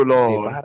Lord